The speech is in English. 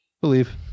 Believe